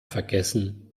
vergessen